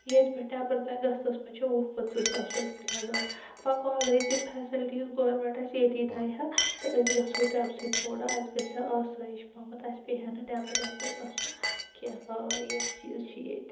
ییٚتہِ پٮ۪ٹھ نٮ۪بَر تانۍ گژھنَس منٛز چھ وُہ پنژہ ساس رۄپیہِ لَگان وۄنۍ گوٚو اَگَرے تِم فِسَلٹیز گورمیٚنٹ اسہِ ییٚتی تھایہِ ہا تہٕ أسۍ گَژھو تمہِ سۭتۍ تھوڑا اَسہِ گَژھہِ ہا آسٲیِش پَہمَتھ اَسہِ پیٚیہِ ہا نہٕ نٮ۪بَر وٮ۪بَر گَژھُن کیٚنٛہہ آ یِم چیز چھ ییٚتہِ